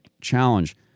challenge